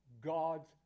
God's